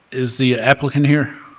is the applicant here?